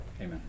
Amen